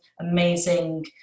amazing